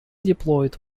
deployed